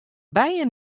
bijen